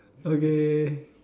okay